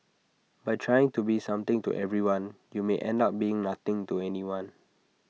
by trying to be something to everyone you may end up being nothing to anyone